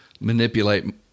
manipulate